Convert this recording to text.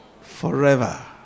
forever